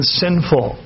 sinful